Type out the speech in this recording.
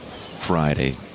Friday